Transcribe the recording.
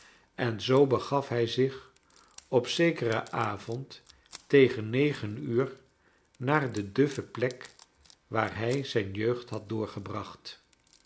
en zoo begaf hij zich op ze keren avond tegen uur naar de duffe plek waar hij zijn jeugd had doorgebracht